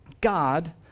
God